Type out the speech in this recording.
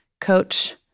Coach